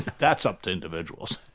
that's up to individuals.